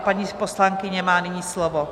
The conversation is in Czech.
Paní poslankyně má nyní slovo.